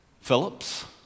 Phillips